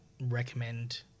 recommend